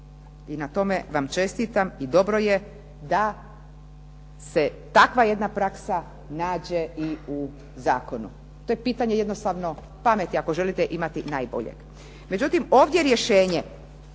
I na tome vam čestitam i dobro je da se takva jedna praksa nađe i u zakonu. To je pitanje jednostavno pameti ako želite imati najbolje.